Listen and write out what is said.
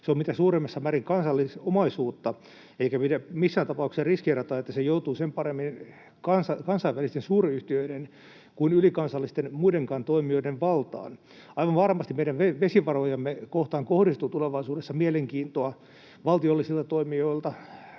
Se on mitä suurimmassa määrin kansallisomaisuutta, eikä pidä missään tapauksessa riskeerata, että se joutuu sen paremmin kansainvälisten suuryhtiöiden kuin muidenkaan ylikansallisten toimijoiden valtaan. Aivan varmasti meidän vesivarojamme kohtaan kohdistuu tulevaisuudessa mielenkiintoa valtiollisilta toimijoilta.